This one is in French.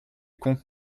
comptes